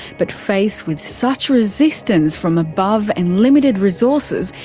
but faced with such resistance from above and limited resources,